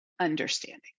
understanding